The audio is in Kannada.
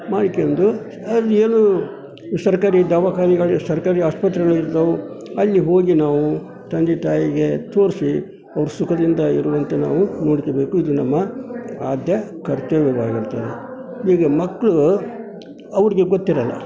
ಮಾಡ್ಕೊಂಡು ಅದರಲ್ಲೇನು ಸರಕಾರಿ ದವಾಖಾನಿಗಲು ಸರ್ಕಾರಿ ಆಸ್ಪತ್ರೆಗಳಿರ್ತಾವೆ ಅಲ್ಲಿ ಹೋಗಿ ನಾವು ತಂದೆ ತಾಯಿಗೆ ತೋರಿಸಿ ಅವ್ರು ಸುಖದಿಂದ ಇರುವಂತೆ ನಾವು ನೋಡ್ಕೋಬೇಕು ಇದು ನಮ್ಮ ಆದ್ಯ ಕರ್ತವ್ಯವಾಗಿರ್ತದೆ ಈಗ ಮಕ್ಕಳು ಅವರಿಗೆ ಗೊತ್ತಿರೋಲ್ಲ